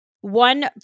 One